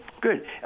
good